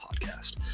podcast